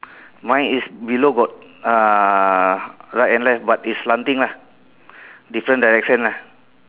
mine is below got uh right and left but it's slanting lah different direction lah